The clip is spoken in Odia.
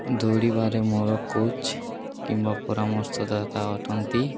ଦୌଡ଼ିବାରେ ମୋର କୋଚ୍ କିମ୍ବା ପରାମର୍ଶଦାତା ଅଟନ୍ତି